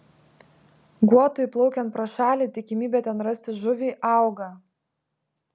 guotui plaukiant pro šalį tikimybė ten rasti žuvį auga